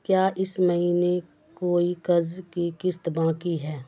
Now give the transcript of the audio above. کیا اس مہینے کوئی قرض کی قسط باقی ہے